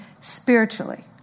spiritually